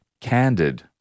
candid